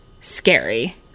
scary